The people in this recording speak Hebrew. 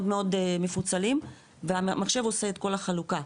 מאוד מאוד מפוצלים והמחשב עושה את כל החלוקה.